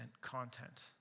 content